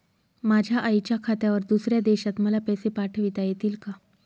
माझ्या आईच्या खात्यावर दुसऱ्या देशात मला पैसे पाठविता येतील का?